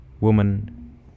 woman